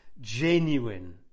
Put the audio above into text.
genuine